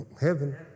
heaven